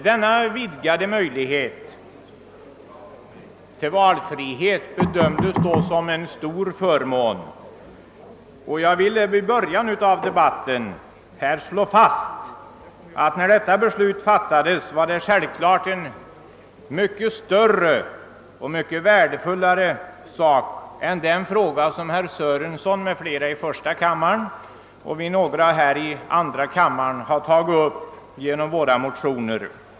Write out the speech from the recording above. Denna vidgade valfrihet bedömdes då som en stor förmån, och jag vill från början slå fast att beslutet i frågan självfallet var mycket viktigare och värdefullare än det ärende som herr Sörenson m.fl. i första kammaren och jag själv tillsammans med några andra ledamöter av andra kammaren nu tagit upp.